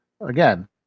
Again